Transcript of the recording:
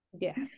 yes